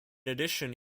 addition